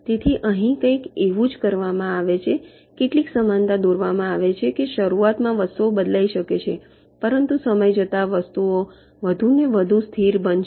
તેથી અહીં કંઈક એવું જ કરવામાં આવે છે કેટલીક સમાનતા દોરવામાં આવે છે કે શરૂઆતમાં વસ્તુઓ બદલાઇ શકે છે પરંતુ સમય જતા વસ્તુઓ વધુને વધુ સ્થિર બનશે